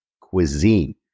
cuisine